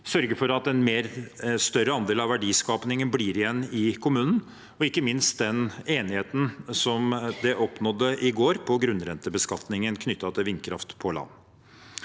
sørge for at en større andel av verdiskapingen blir igjen i kommunen – og ikke minst med den enigheten man oppnådde i går om grunnrentebeskatningen knyttet til vindkraft på land.